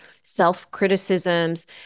self-criticisms